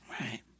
Right